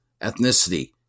ethnicity